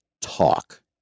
talk